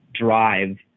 drive